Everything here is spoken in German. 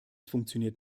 funktioniert